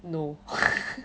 no